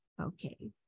Okay